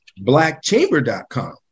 blackchamber.com